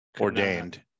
ordained